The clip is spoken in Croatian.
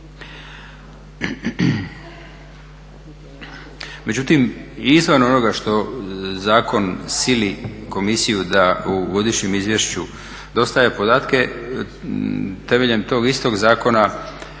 Međutim i izvan onoga što zakon sili Komisiju da u godišnjem izvješću dostavlja podatke temeljem tog istog zakona